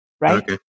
right